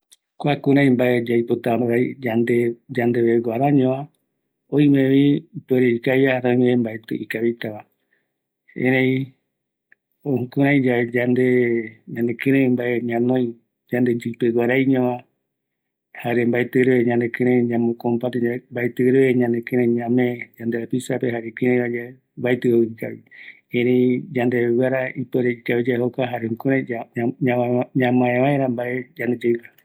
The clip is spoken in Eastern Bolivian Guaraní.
Kua mbae yaipota yave yandeveguaraiño, jaeko yandereraja ñanoï vaera mbae, ereï kua oipota jei kateïva, mbaetɨ yave ñanerakätëï, jaeko ngara mbae ñavae yandeyeɨpe, oime ikavita jare ikavipotava